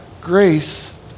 grace